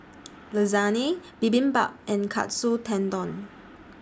Lasagne Bibimbap and Katsu Tendon